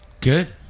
Good